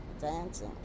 dancing